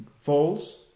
falls